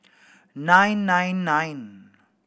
nine nine nine